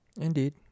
Indeed